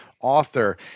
author